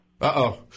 Uh-oh